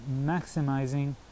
maximizing